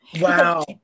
Wow